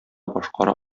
башкара